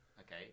okay